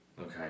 Okay